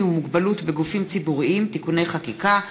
עם מוגבלות בגופים ציבוריים (תיקוני חקיקה),